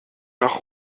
nach